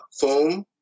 foam